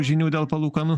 žinių dėl palūkanų